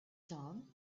dawn